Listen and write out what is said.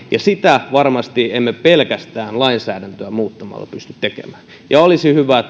emme varmasti pelkästään lainsäädäntöä muuttamalla pysty tekemään olisi hyvä että